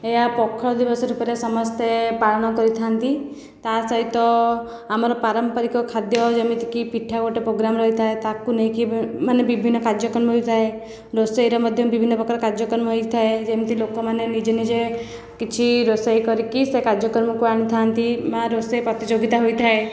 ଏହା ପଖାଳ ଦିବସ ରୂପରେ ସମସ୍ତେ ପାଳନ କରିଥାନ୍ତି ତା'ସହିତ ଆମର ପାରମ୍ପାରିକ ଖାଦ୍ୟ ଯେମିତିକି ପିଠା ଗୋଟିଏ ପ୍ରୋଗ୍ରାମ ରହିଥାଏ ତାକୁ ନେଇକି ବିଭିନ୍ନ କାର୍ଯ୍ୟକ୍ରମ ହୋଇଥାଏ ରୋଷେଇରେ ମଧ୍ୟ ବିଭିନ୍ନ ପ୍ରକାର କାର୍ଯ୍ୟକ୍ରମ ହୋଇଥାଏ ଯେମିତି ଲୋକମାନେ ନିଜେ ନିଜେ କିଛି ରୋଷେଇ କରିକି ସେ କାର୍ଯ୍ୟକ୍ରମକୁ ଆଣିଥାନ୍ତି ବା ରୋଷେଇ ପ୍ରତିଯୋଗିତା ହୋଇଥାଏ